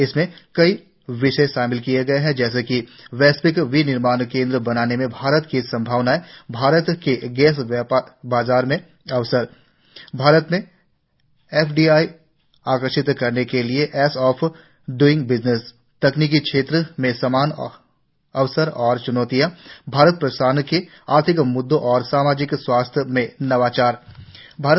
इसमें कई विषय शामिल किए गए हैं जैसे एक वैश्विक विनिर्माण केन्द्र बनने में भारत की संभावनाएं भारत के गैस बाजार में अवसर भारत में एफडीआई आकर्षित करने के लिए ईज ऑफ ड्रइंग बिजनेस तकनीकी क्षेत्र में समान अवसर और च्नौतियां भारत प्रशांत क्षेत्र के आर्थिक मुद्दे और सार्वजनिक स्वास्थ्य में नवाचार